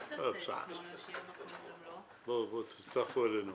בואו, תצטרפו אלינו.